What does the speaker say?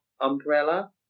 umbrella